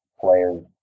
players